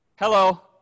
Hello